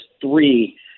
three